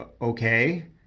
Okay